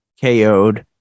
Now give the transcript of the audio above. KO'd